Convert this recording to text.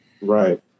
Right